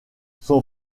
son